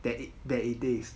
that it that it is